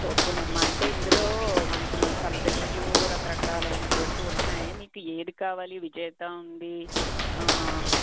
ఓకేనమ్మా అంటే ఇందులో మనకి కంపెనీలు రకరకాలైనటువంటివి ఉన్నాయి మీకు ఏది కావాలి విజేత ఉంది